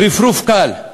ברפרוף קל,